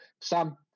Sam